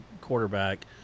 quarterback